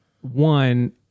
one